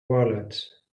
wallet